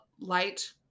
light